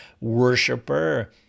worshiper